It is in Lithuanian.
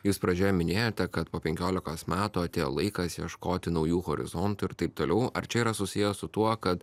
jūs pradžioje minėjote kad po penkiolikos metų atėjo laikas ieškoti naujų horizontų ir taip toliau ar čia yra susiję su tuo kad